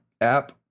app